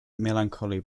melancholy